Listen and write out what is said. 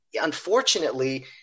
unfortunately